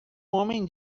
homem